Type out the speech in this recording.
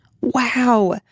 Wow